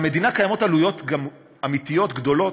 למדינה קיימות גם עלויות אמיתיות גדולות,